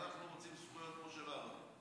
אנחנו רוצים זכויות כמו של הערבים.